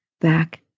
back